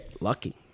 lucky